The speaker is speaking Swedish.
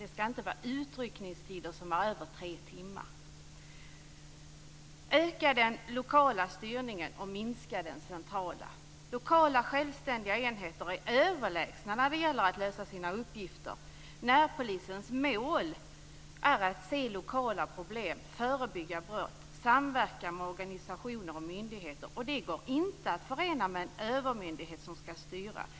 Det skall inte vara utryckningstider på mer än tre timmar. Öka den lokala styrningen och minska den centrala. Lokala självständiga enheter är överlägsna när det gäller att lösa sina uppgifter. Närpolisens mål är att se lokala problem, förebygga brott och att samverka med organisationer och myndigheter. Det går inte att förena med en övermyndighet som skall styra.